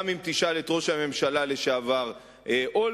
גם אם תשאל את ראש הממשלה לשעבר אולמרט,